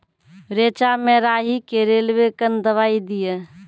रेचा मे राही के रेलवे कन दवाई दीय?